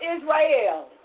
Israel